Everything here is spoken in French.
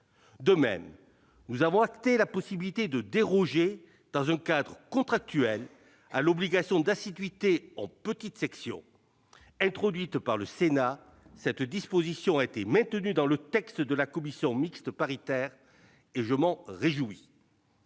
De même, nous avons enregistré la possibilité de déroger, dans un cadre contractuel, à l'obligation d'assiduité en petite section. Introduite par le Sénat, cette disposition a été maintenue dans le texte de la commission mixte paritaire, et je m'en réjouis.